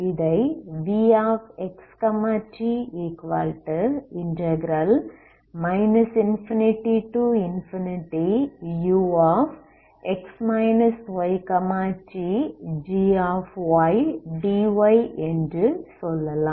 இதை vxt ∞ux ytgdy என்று சொல்லலாம்